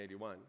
1981